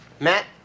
Matt